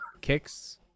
kicks